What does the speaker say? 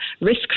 risk